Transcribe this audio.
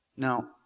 Now